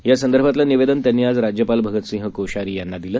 या संदर्भातलं निवेदन त्यांनी आज राज्यपाल भगतसिंग कोश्यारी यांना दिलं